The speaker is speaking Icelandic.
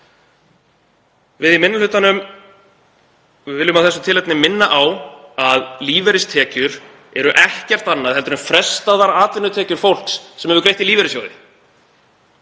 Við í minni hlutanum viljum af þessu tilefni minna á að lífeyristekjur eru ekkert annað en frestaðar atvinnutekjur fólks sem hefur greitt í lífeyrissjóði.